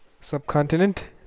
subcontinent